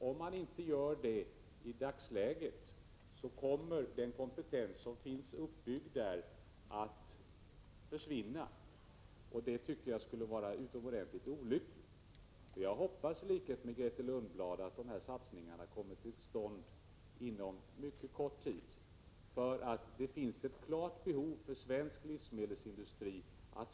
Om man inte gör det i dagsläget, kommer den kompetens som finns på detta område att försvinna, och det tycker jag skulle vara utomordentligt olyckligt. Jag hoppas, i likhet med Grethe Lundblad, att de här satsningarna kommer till stånd inom mycket kort tid. Svensk livsmedelsindustri har nämligen ett klart behov därav.